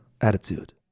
attitude